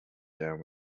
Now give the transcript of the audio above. down